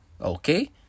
Okay